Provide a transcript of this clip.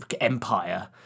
empire